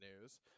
news